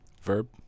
Verb